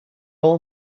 all